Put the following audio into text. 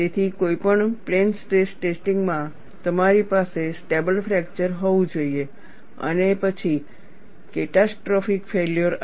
તેથી કોઈપણ plane stress ટેસ્ટિંગમાં તમારી પાસે સ્ટેબલ ફ્રેક્ચર હોવું જોઈએ અને પછી કેટાસ્ટ્રોફીક ફેલ્યોર આવે